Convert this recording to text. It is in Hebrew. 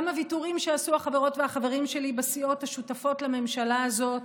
גם הוויתורים שעשו החברות והחברים שלי בסיעות השותפות לממשלה הזאת,